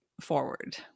forward